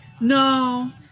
no